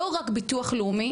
לא רק ביטוח לאומי,